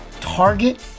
Target